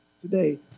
today